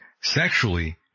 sexually